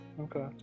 Okay